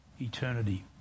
eternity